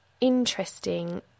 interesting